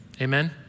Amen